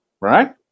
right